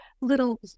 little